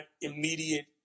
immediate